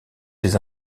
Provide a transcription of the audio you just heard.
des